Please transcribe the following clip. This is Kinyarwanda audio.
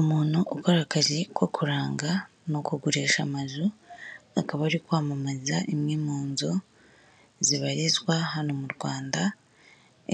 Umuntu ukora akazi ko kuranga mu kugurisha amazu, akaba ari kwamamaza imwe mu nzu zibarizwa hano mu Rwanda,